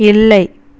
இல்லை